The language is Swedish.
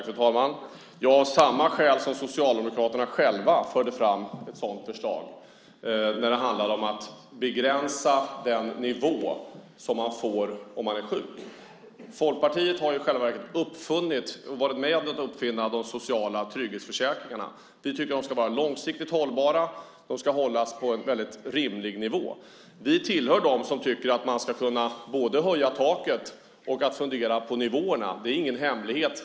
Fru talman! Av samma skäl som Socialdemokraterna själva förde fram ett sådant förslag när det handlade om att begränsa den nivå som man får om man är sjuk. Folkpartiet har i själva verket varit med om att uppfinna de sociala trygghetsförsäkringarna. Vi tycker att de ska vara långsiktigt hållbara och hållas på en rimlig nivå. Vi tillhör dem som tycker att man ska både höja taket och fundera på nivåerna. Det är ingen hemlighet.